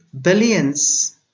billions